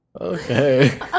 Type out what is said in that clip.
Okay